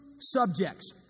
subjects